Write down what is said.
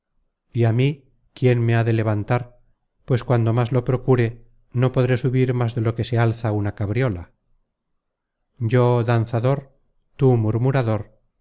y á mí quién me ha de levantar pues cuando más lo procure no podré subir más de lo que se alza una cabriola yo danzador tú murmurador